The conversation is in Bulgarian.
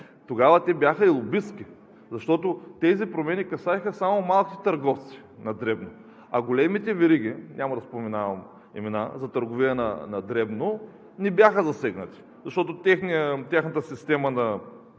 тогава бяха и лобистки, защото тези промени касаеха само малките търговци на дребно, а големите вериги – няма да споменавам имена, за търговия на дребно не бяха засегнати от системата